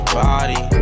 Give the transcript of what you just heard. body